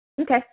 Okay